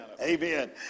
Amen